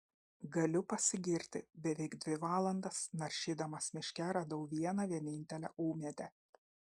galiu pasigirti beveik dvi valandas naršydamas miške radau vieną vienintelę ūmėdę